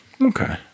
Okay